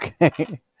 Okay